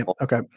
Okay